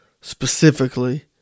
Specifically